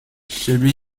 celui